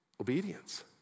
obedience